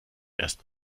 erst